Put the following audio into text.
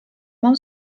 mam